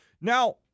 Now